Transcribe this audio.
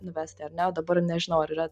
nuvesti ar ne dabar nežinau ar yra